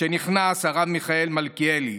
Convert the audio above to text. שנכנס הרב מיכאל מלכיאלי.